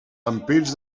ampits